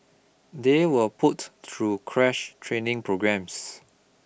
they were put through crash training programmes